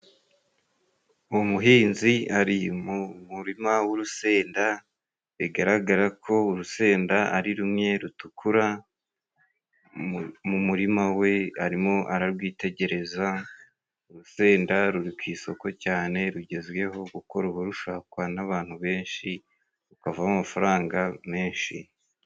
Umuhinzi ari mu murima w'urusenda, bigaragara ko urusenda ari rumwe rutukura, mu murima we arimo ararwitegereza. Urusenda ruri ku isoko cyane rugezweho kuko ruba rushakwa n'abantu benshi, rukavamo amafaranga menshi.